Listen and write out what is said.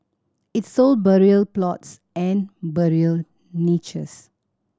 it sold burial plots and burial niches